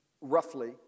roughly